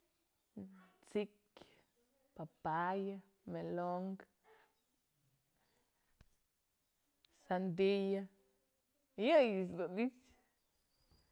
Siktyë, papayë, melonkë, sandiaye yëyëch dun ni'ixë.